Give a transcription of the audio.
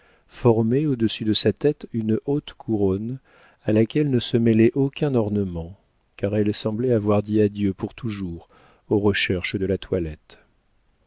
formaient au-dessus de sa tête une haute couronne à laquelle ne se mêlait aucun ornement car elle semblait avoir dit adieu pour toujours aux recherches de la toilette